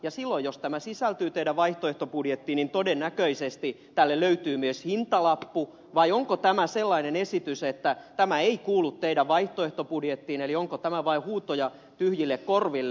ja silloin jos tämä sisältyy teidän vaihtoehtobudjettiinne niin todennäköisesti tälle löytyy myös hintalappu vai onko tämä sellainen esitys että tämä ei kuulu teidän vaihtoehtobudjettiinne eli onko tämä vain huutoja tyhjille korville